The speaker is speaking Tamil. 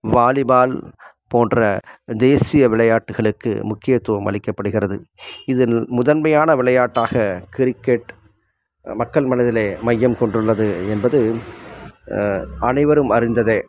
வாலிபால் போன்ற தேசிய விளையாட்டுகளுக்கு முக்கியத்துவம் அளிக்கப்படுகிறது இதில் முதன்மையான விளையாட்டாக கிரிக்கெட் மக்கள் மனதில் மையம் கொண்டுள்ளது என்பது அனைவரும் அறிந்ததே